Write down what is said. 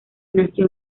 nació